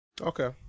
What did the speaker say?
Okay